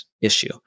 issue